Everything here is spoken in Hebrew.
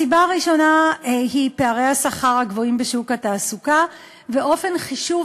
הסיבה הראשונה היא פערי השכר הגבוהים בשוק התעסוקה ואופן חישוב,